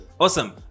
awesome